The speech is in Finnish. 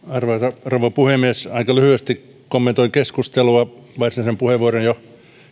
arvoisa rouva puhemies aika lyhyesti kommentoin keskustelua varsinaisen puheenvuoron jo